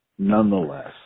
Nonetheless